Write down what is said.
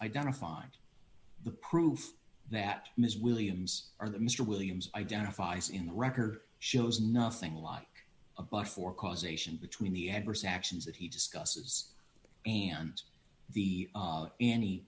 identified the proof that ms williams or that mr williams identifies in the record shows nothing like a bus for causation between the adverse actions that he discusses and the